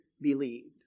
believed